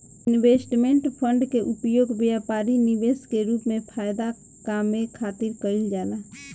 investment fund के उपयोग व्यापारी निवेश के रूप में फायदा कामये खातिर कईल जाला